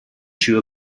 two